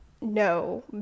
No